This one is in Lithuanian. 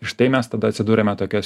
štai mes tada atsiduriame tokios